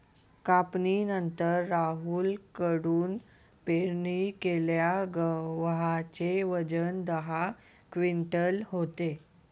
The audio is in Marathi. कापणीनंतर राहुल कडून पेरणी केलेल्या गव्हाचे वजन दहा क्विंटल होते